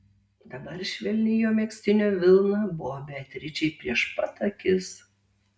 dabar švelni jo megztinio vilna buvo beatričei prieš pat akis